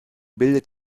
bildet